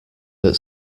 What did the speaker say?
that